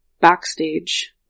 backstage